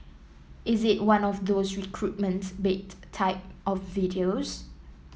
is it one of those recruitment bait type of videos